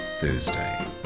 Thursday